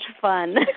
fun